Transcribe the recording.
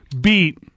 beat –